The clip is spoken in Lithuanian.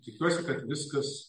tikiuosi kad viskas